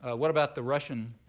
what about the russian